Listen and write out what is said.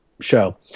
show